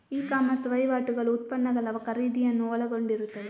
E commerce ವಹಿವಾಟುಗಳು ಉತ್ಪನ್ನಗಳ ಖರೀದಿಯನ್ನು ಒಳಗೊಂಡಿರುತ್ತವೆ